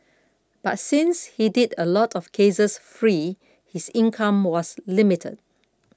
but since he did a lot of cases free his income was limited